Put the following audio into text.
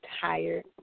Tired